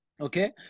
Okay